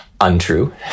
untrue